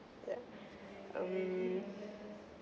like um